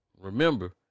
remember